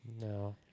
No